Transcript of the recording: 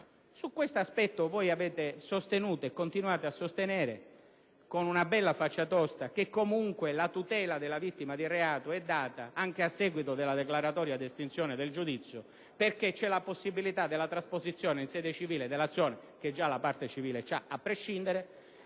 Su tale aspetto avete sostenuto e continuate a sostenere, con una bella faccia tosta, che comunque tale tutela è garantita anche a seguito della declaratoria di estinzione del giudizio, perché c'è la possibilità della trasposizione in sede civile dell'azione, che la parte civile ha già a prescindere,